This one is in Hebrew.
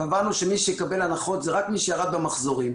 קבענו שמי שיקבל הנחות זה רק מי שירד במחזורים,